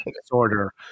disorder